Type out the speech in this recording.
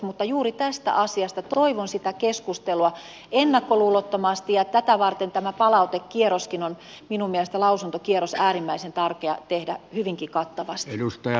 mutta juuri tästä asiasta toivon sitä keskustelua ennakkoluulottomasti ja tätä varten tämä palautekierroskin lausuntokierros on minun mielestäni äärimmäisen tärkeä tehdä hyvinkin kattavasti